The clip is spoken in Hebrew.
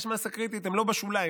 יש מאסה קריטית, הם לא בשוליים.